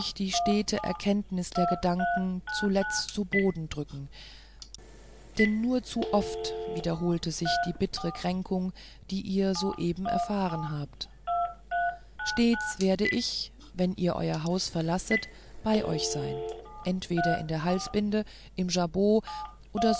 die stete erkenntnis der gedanken zuletzt zu boden drücken denn nur zu oft wiederholte sich die bittre kränkung die ihr soeben erfahren habt stets werde ich wenn ihr euer haus verlasset bei euch sein entweder in der halsbinde im jabot oder